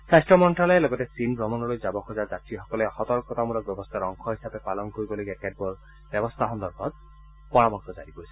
স্বাস্থ্য মন্ত্যালয়ে লগতে চীন ভ্ৰমণলৈ যাব খোজা যাত্ৰীসকলে সতৰ্কতামূলক ব্যৱস্থাৰ অংশ হিচাপে পালন কৰিবলগীয়া কেতবোৰ ব্যৱস্থা সন্দৰ্ভত পাৰমৰ্শ জাৰি কৰিছে